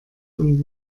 und